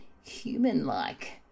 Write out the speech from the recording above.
human-like